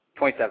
27